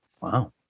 Wow